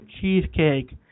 Cheesecake